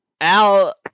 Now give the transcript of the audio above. Al